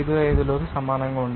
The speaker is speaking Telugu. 55 లోకి సమానంగా ఉంటుంది